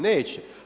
Neće.